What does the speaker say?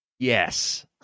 Yes